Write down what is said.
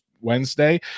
Wednesday